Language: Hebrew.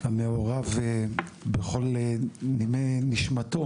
המעורב בכל נימי נשמתו